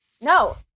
No